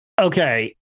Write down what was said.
Okay